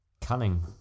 Cunning